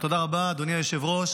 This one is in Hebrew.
תודה רבה, אדוני היושב-ראש.